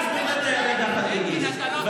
אז הנאום היה מיותר, אתה לא תלמד אותנו.